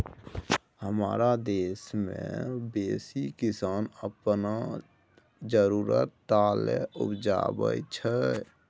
हमरा देश मे बेसी किसान अपन जरुरत टा लेल उपजाबै छै